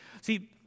See